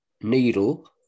needle